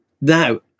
Now